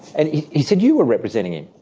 and he said, you were representing him.